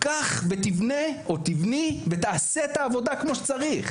קח ותבנה או תבני ותעשה את העבודה כמו שצריך'.